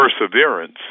perseverance